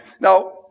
Now